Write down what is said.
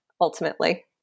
ultimately